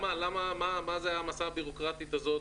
מה זה היה המסע הביורוקרטי הזה,